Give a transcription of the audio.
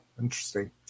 Interesting